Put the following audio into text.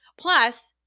plus